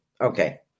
Okay